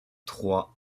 trois